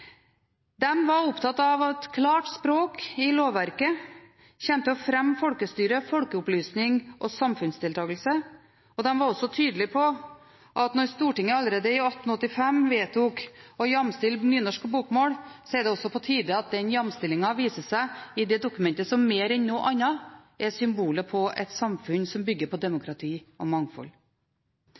var opptatt av at klart språk i lovverket vil fremme folkestyre, folkeopplysning og samfunnsdeltakelse. De var også tydelig på at når Stortinget allerede i 1885 vedtok å jamstille nynorsk og bokmål, er det på tide at den jamstillingen viser seg i det dokumentet som mer enn noe annet er symbolet på et samfunn som bygger på demokrati og mangfold.